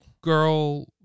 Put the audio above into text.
girl